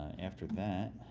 after that,